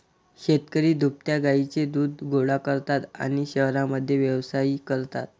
शेतकरी दुभत्या गायींचे दूध गोळा करतात आणि शहरांमध्ये व्यवसायही करतात